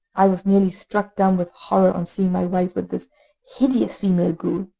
i was nearly struck dumb with horror on seeing my wife with this hideous female ghoul.